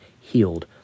healed